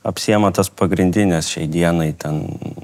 apsiima tas pagrindines šiai dienai ten